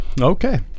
Okay